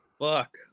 fuck